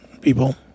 People